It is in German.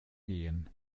gehen